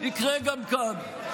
יקרה גם כאן.